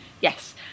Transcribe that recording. yes